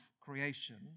creation